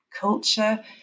culture